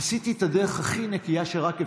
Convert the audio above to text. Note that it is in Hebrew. עשיתי את הדרך הכי נקייה שרק אפשר,